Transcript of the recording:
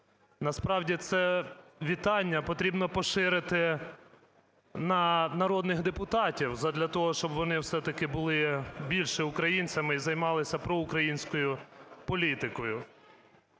Насправді це вітання потрібно поширити на народних депутатів задля того, щоб вони все-таки були більше українцями і займалися проукраїнською політикою.